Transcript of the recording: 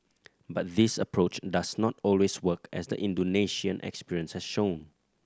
but this approach does not always work as the Indonesian experience has shown